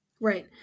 Right